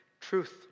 truth